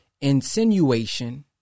insinuation